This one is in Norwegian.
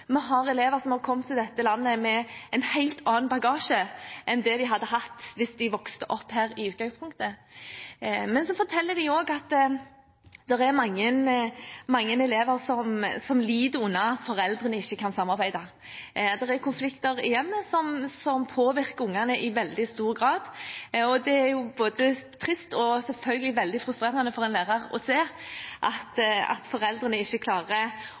hatt hvis de hadde vokst opp her i utgangspunktet. Men så forteller lærerne også at det er mange elever som lider under at foreldrene ikke kan samarbeide. Det er konflikter i hjemmet, som påvirker ungene i veldig stor grad, og det er både trist og selvfølgelig veldig frustrerende for en lærer å se at foreldrene ikke